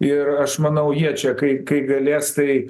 ir aš manau jie čia kai kai galės tai